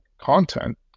content